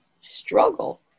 struggle